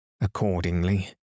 Accordingly